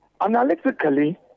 analytically